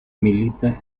milita